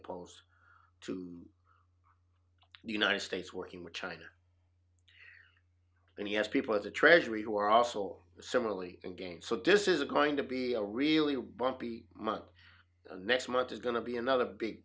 opposed to the united states working with china and he has people at the treasury who are also similarly again so this is going to be a really bumpy month next month is going to be another big